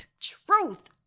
truth